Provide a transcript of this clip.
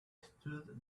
stood